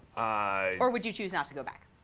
ah or would you choose not to go back?